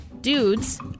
Dudes